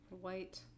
white